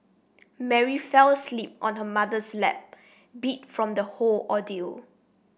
Mary fell asleep on her mother's lap beat from the whole ordeal